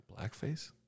blackface